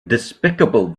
despicable